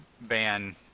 ban